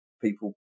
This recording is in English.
people